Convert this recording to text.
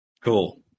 Cool